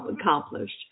accomplished